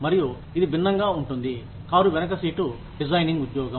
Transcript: మరియు ఇది భిన్నంగా ఉంటుంది కారు వెనుక సీటు డిజైనింగ్ ఉద్యోగం